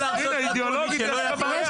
להרשות לעצמו ומי שלא יכול ------ חבר'ה,